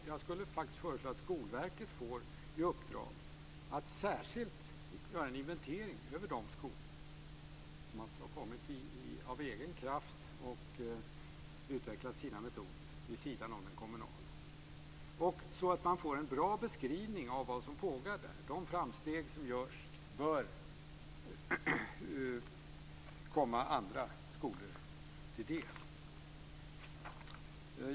Jag skulle vilja föreslå att Skolverket får i uppdrag att särskilt göra en inventering över de skolor som av egen kraft har utvecklat sina metoder vid sidan av de kommunala så att man får en bra beskrivning av vad som pågår där. De framsteg som görs bör komma andra skolor till del.